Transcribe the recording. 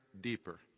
deeper